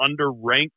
underranked